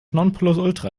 nonplusultra